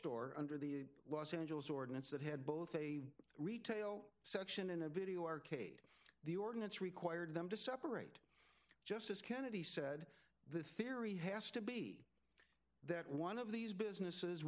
store under the los angeles ordinance that had both a retail section and a video arcade the ordinance required them to separate justice kennedy said the theory has to be that one of these businesses